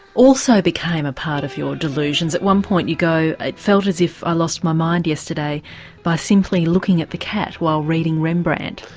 also became part of your delusions. at one point you go, it felt as if i lost my mind yesterday by simply looking at the cat while reading rembrandt.